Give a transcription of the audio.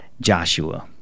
Joshua